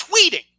tweeting